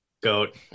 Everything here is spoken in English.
Goat